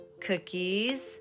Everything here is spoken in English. cookies